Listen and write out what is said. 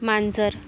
मांजर